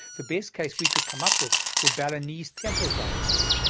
the best case we could come up with were balinese temple dancers,